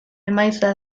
emaitza